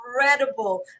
incredible